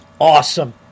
awesome